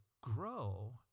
grow